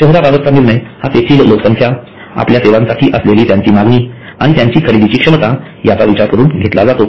शहराबाबतचा निर्णय हा तेथील लोकसंख्या आपल्या सेवांसाठी असलेली त्यांची मागणी आणि त्यांची खरेदीची क्षमता यांचा विचार करून घेतला जातो